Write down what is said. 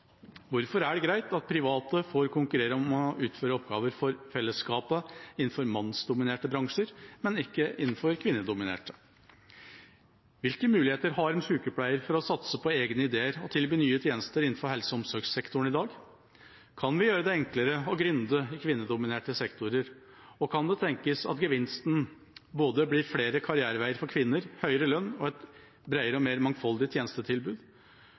Hvorfor er det greit at private får konkurrere om å utføre oppgaver for fellesskapet innenfor mannsdominerte bransjer, men ikke innenfor kvinnedominerte? Hvilke muligheter har en sykepleier for å satse på egne ideer og tilby nye tjenester innenfor helse- og omsorgssektoren i dag? Kan vi gjøre det enklere å «gründe» i kvinnedominerte sektorer? Og kan det tenkes at gevinsten blir både flere karriereveier for kvinner, høyere lønn og et bredere og mer mangfoldig tjenestetilbud?